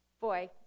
boy